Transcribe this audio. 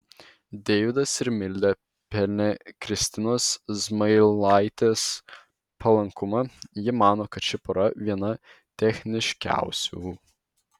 deividas ir milda pelnė kristinos zmailaitės palankumą ji mano kad ši pora viena techniškiausių